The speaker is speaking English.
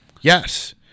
Yes